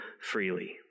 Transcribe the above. freely